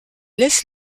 laissent